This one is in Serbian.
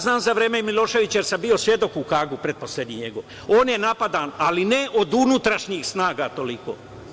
Znam za vreme Miloševića jer sam bio svedok u Hagu, pretposlednji njegov, on je napadan, ali ne od unutrašnjih snaga toliko.